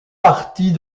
partie